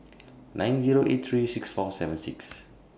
nine Zero eight three six four seven six